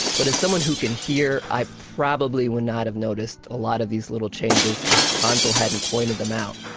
but as someone who can hear, i probably would not have noticed a lot of these little changes if hansel hadn't pointed them out.